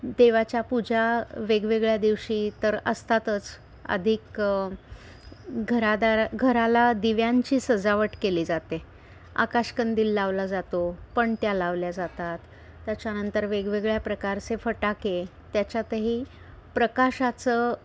देवाच्या पूजा वेगवेगळ्या दिवशी तर असतातच अधिक घरादारा घराला दिव्यांची सजावट केली जाते आकाशकंदील लावला जातो पणत्या लावल्या जातात त्याच्या नंतर वेगवेगळ्या प्रकारचे फटाके त्याच्यातही प्रकाशाचं